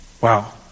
Wow